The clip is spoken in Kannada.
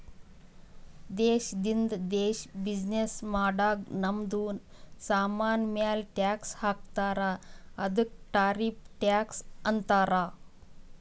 ದೇಶದಿಂದ ದೇಶ್ ಬಿಸಿನ್ನೆಸ್ ಮಾಡಾಗ್ ನಮ್ದು ಸಾಮಾನ್ ಮ್ಯಾಲ ಟ್ಯಾಕ್ಸ್ ಹಾಕ್ತಾರ್ ಅದ್ದುಕ ಟಾರಿಫ್ ಟ್ಯಾಕ್ಸ್ ಅಂತಾರ್